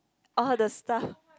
all the stuff